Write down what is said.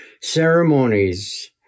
ceremonies